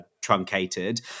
truncated